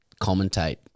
commentate